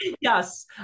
Yes